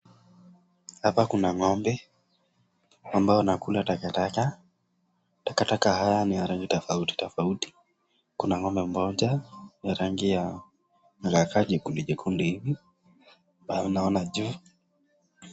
Hapa kuna ng'ombe ambao wanakula takataka. Takataka haya ni ya rangi tofauti tofauti. Kuna ng'ombe moja ya rangi ya inakaa jekundu jekundu hivi ambao anaona juu.